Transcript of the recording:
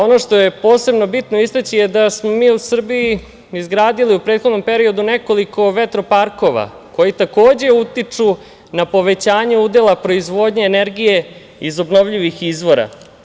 Ono što je posebno bitno istaći je da smo mi u Srbiji izgradili u prethodnom periodu nekoliko vetroparkova koji, takođe utiču na povećanje udela proizvodnje energije iz obnovljivih izvora.